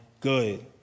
good